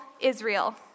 Israel